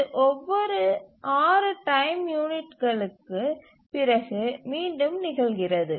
இது ஒவ்வொரு 6 டைம் யூனிட்களுக்குப் பிறகு மீண்டும் நிகழ்கிறது